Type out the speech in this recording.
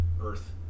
earth